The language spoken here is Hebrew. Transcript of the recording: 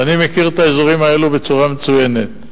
ואני מכיר את האזורים האלה בצורה מצוינת.